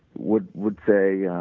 would would say, yeah